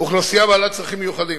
אוכלוסייה בעלת צרכים מיוחדים,